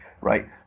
Right